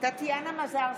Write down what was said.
טטיאנה מזרסקי,